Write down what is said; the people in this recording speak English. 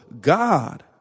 God